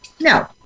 No